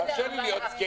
תרשה לי להיות סקפטי.